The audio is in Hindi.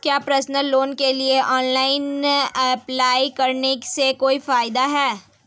क्या पर्सनल लोन के लिए ऑनलाइन अप्लाई करने से कोई फायदा है?